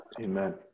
Amen